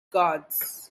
guards